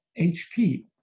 HP